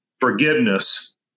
forgiveness